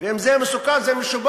ואם זה מסוכן, זה משובח.